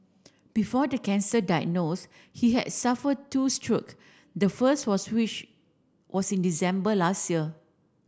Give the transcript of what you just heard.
before the cancer diagnose he had suffered two stroke the first was which was in December last year